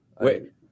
Wait